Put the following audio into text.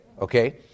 okay